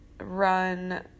run